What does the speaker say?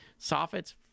soffits